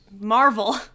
Marvel